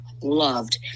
loved